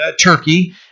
Turkey